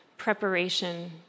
preparation